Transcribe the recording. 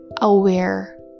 aware